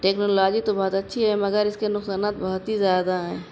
technology تو بہت اچھی ہے مگر اس کے نقصانات بہت ہی زیادہ ہیں